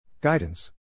Guidance